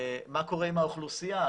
מה קורה עם האוכלוסייה?